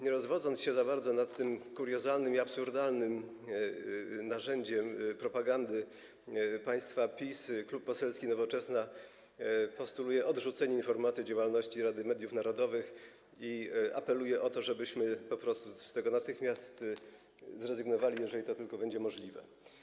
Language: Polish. Nie rozwodząc się za bardzo nad tym kuriozalnym i absurdalnym narzędziem propagandy państwa PiS, Klub Poselski Nowoczesna postuluje odrzucenie informacji o działalności Rady Mediów Narodowych i apeluje o to, żebyśmy po prostu z tego natychmiast zrezygnowali, jeżeli tylko to będzie możliwe.